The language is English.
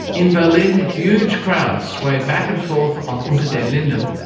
in berlin, huge crowds sway back and forth on unter den linden,